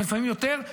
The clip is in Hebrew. ולפעמים יותר,